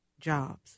jobs